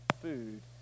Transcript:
food